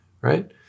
right